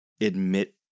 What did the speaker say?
admit